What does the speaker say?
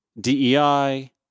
DEI